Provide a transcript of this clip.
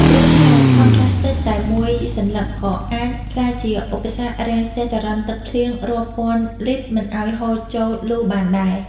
ព្រោះថាថង់ប្លាស្ទិកតែមួយសន្លឹក ក៏អាចក្លាយជាឧបសគ្គរាំងស្ទះចរន្តទឹកភ្លៀងរាប់ពាន់លីត្រមិនឱ្យហូរចូលលូបានដែរ។